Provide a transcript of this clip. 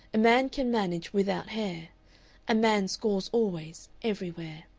a man can manage without hair a man scores always, everywhere.